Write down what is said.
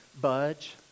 budge